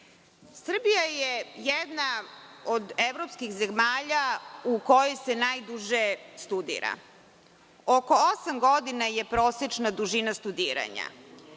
je jedna od evropskih zemalja u kojoj se najduže studira. Oko osam godina je prosečna dužina studiranja.